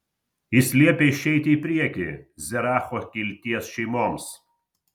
jis liepė išeiti į priekį zeracho kilties šeimoms